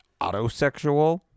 autosexual